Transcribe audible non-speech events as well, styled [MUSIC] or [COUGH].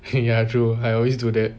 [LAUGHS] ya true I always do that